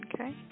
Okay